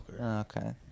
Okay